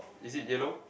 is it yellow